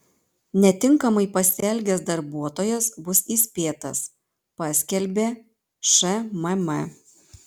netinkamai pasielgęs darbuotojas bus įspėtas paskelbė šmm